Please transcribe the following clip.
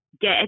Get